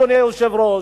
אדוני היושב-ראש,